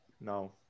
No